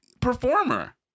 performer